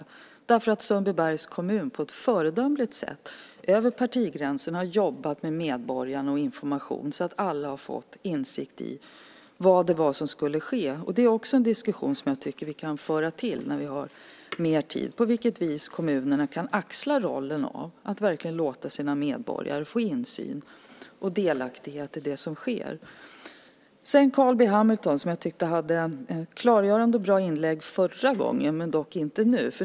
Sundbybergs kommun har nämligen på ett föredömligt sätt, över partigränserna, jobbat med medborgarna och information, så att alla har fått insikt i vad det var som skulle ske. Det här är också en diskussion som jag tycker att vi kan föra till när vi har mer tid, på vilket vis kommunerna kan axla rollen, så att de verkligen låter sina medborgare få insyn och delaktighet i det som sker. Jag tyckte att Carl B Hamilton hade ett klargörande och bra inlägg förra gången, dock inte nu.